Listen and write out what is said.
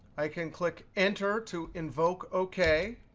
i can click enter to invoke ok.